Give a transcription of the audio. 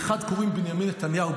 לאחד קוראים בנימין נתניהו,